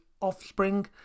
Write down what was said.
offspring